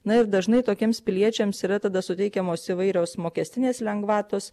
na ir dažnai tokiems piliečiams yra tada suteikiamos įvairios mokestinės lengvatos